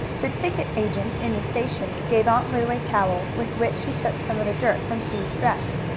the ticket agent in the station gave aunt lu a towel, with which she took some of the dirt from sue's dress.